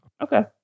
Okay